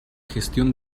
gestión